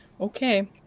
Okay